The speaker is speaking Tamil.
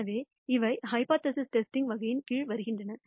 எனவே இவை ஹைபோதேசிஸ் டெஸ்டிங் வகையின் கீழ் வருகின்றன